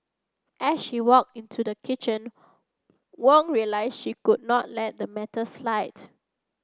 as she walked into the kitchen Wong realised she could not let the matter slide